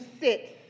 sits